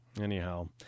anyhow